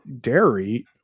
dairy